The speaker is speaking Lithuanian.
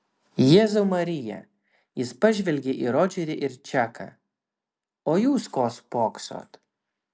jėzau marija jis pažvelgė į rodžerį ir čaką o jūs ko spoksot